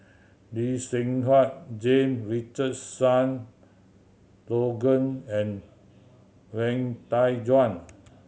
Lee Seng Huat James Richardson Logan and Wang Dayuan